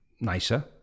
nicer